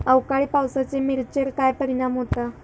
अवकाळी पावसाचे मिरचेर काय परिणाम होता?